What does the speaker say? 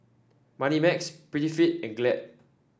Moneymax Prettyfit and Glad